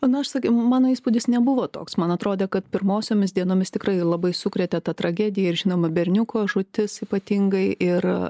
ana aš sak nu mano įspūdis nebuvo toks man atrodė kad pirmosiomis dienomis tikrai labai sukrėtė ta tragedija ir žinoma berniuko žūtis ypatingai ir